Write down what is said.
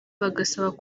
bagasabwa